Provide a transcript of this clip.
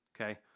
okay